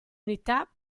unità